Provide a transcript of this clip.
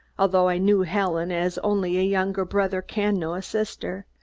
although i knew helen as only a younger brother can know sister.